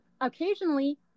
occasionally